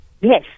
Yes